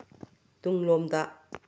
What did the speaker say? ꯇꯨꯡꯂꯣꯝꯗ